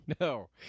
No